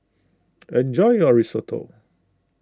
enjoy your Risotto